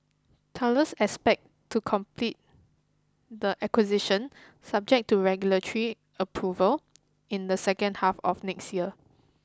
Thales expect to complete the acquisition subject to regulatory approval in the second half of next year